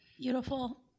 Beautiful